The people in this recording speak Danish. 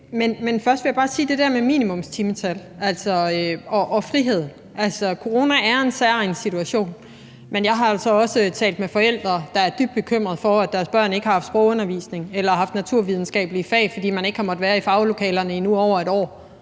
Først vil jeg bare i forbindelse med det med minimumstimetal og frihed sige, at corona er en særegen situation, men jeg har også talt med forældre, der er dybt bekymrede for, at deres børn ikke har haft sprogundervisning eller haft naturvidenskabelige fag, fordi man ikke har måttet være i faglokalerne i nu over et år.